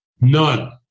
None